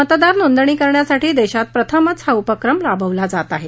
मतदार नोंदणी करण्यासाठी देशात प्रथमच हा उपक्रम राबवला जात आहे